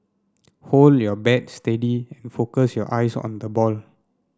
hold your bat steady and focus your eyes on the ball